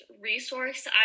resource